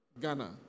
Ghana